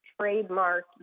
trademark